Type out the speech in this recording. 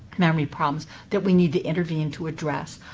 memory problems that we need to intervene to address.